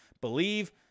believe